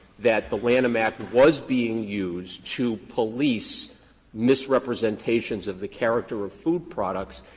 that the lanham act was being used to police misrepresentations of the character of food products,